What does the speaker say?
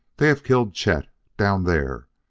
they have killed chet! down there!